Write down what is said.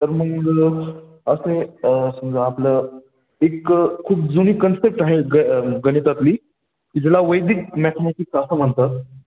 तर मग असे समजा आपलं एक खूप जुनी कन्स्पेक्ट आहे ग गणितातली ज्याला वैदिक मॅथमॅटिक्स असं म्हणतात